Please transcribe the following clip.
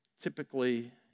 typically